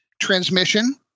transmission